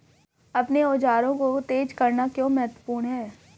अपने औजारों को तेज करना क्यों महत्वपूर्ण है?